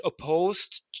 opposed